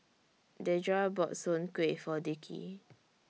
Dedra bought Soon Kuih For Dickie